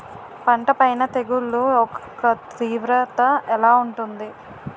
పంట పైన తెగుళ్లు యెక్క తీవ్రత ఎలా ఉంటుంది